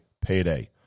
payday